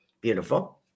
beautiful